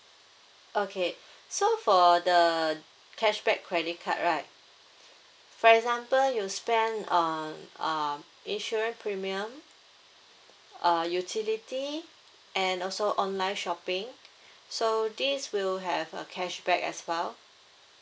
okay so for the cashback credit card right for example you spend um uh insurance premium uh utility and also online shopping so this will have a cashback as well